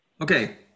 Okay